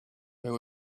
there